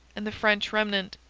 and the french remnant,